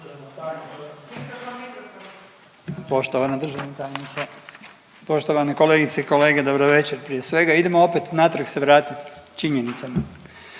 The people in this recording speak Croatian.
Poštovana državna tajnice, poštovane kolegice i kolege, dobro večer prije svega. Idemo opet natrag se vratit činjenicama.